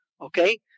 Okay